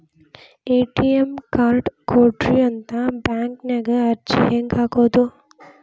ATM card ಕೊಡ್ರಿ ಅಂತ ಬ್ಯಾಂಕ ನ್ಯಾಗ ಅರ್ಜಿ ಹೆಂಗ ಹಾಕೋದು?